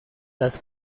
las